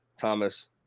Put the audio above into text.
Thomas